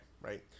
right